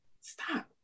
stop